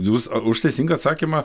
jūs už teisingą atsakymą